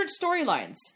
storylines